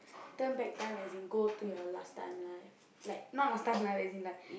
turn back time as in go to your last time life like not last time life as in like